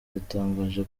yatangaje